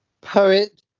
Poet